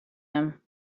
him